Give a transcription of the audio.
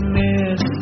miss